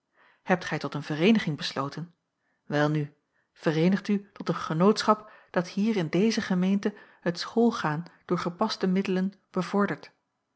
hebt gij tot een vereeniging besloten welnu vereenigt u tot een genootschap dat hier in deze gemeente het schoolgaan door gepaste middelen bevordert